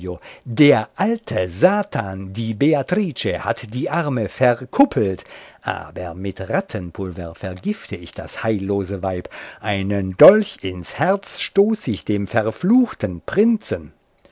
der alte satan die beatrice hat die arme verkuppelt aber mit rattenpulver vergifte ich das heillose weib einen dolch ins herz stoß ich dem verfluchten prinzen